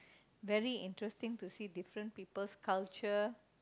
very interesting to see different people's culture